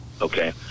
Okay